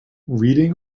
reading